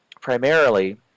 primarily